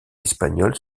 espagnol